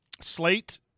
slate